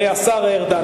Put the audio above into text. השר ארדן,